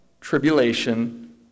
tribulation